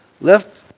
left